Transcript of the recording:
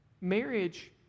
marriage